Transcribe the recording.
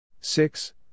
Six